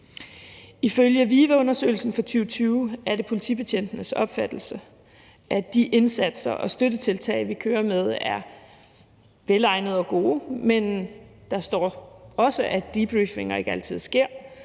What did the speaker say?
Ifølge VIVE-undersøgelsen fra 2020 er det politibetjentenes opfattelse, at de indsatser og støttetiltag, vi kører med, er velegnede og gode, men der står også, at debriefinger ikke altid sker,